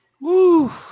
Woo